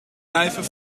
duiven